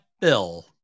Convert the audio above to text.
bill